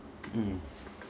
mm